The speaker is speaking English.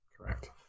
Correct